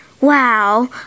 Wow